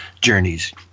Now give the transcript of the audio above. journeys